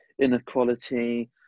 inequality